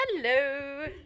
hello